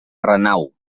renau